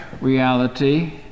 reality